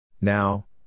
Now